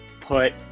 put